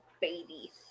baby